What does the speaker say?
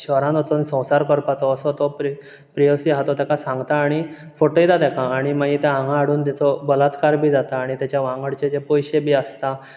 शहरान वचून संवसार कारपाचो असो तो प्री प्रियसी हा तो तेका सांगता आनी फटयता तेका आनी मागीर तें हांगा हाडून तेचो बलात्कार बी जाता आनी तेंच्या वांगडचे जे पयशे बी आसता